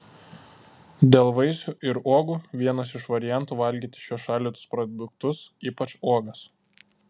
dėl vaisių ir uogų vienas iš variantų valgyti šiuos šaldytus produktus ypač uogas